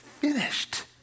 finished